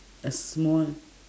a small